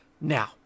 Now